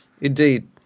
Indeed